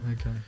Okay